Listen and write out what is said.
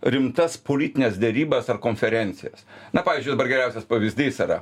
rimtas politines derybas ar konferencijas na pavyzdžiui dabar geriausias pavyzdys yra